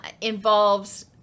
involves